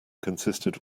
consisted